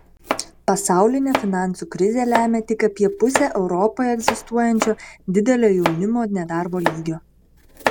pasaulinė finansų krizė lemia tik apie pusę europoje egzistuojančio didelio jaunimo nedarbo lygio